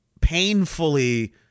painfully